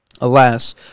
Alas